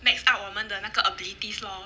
max out 我们的那个 abilities lor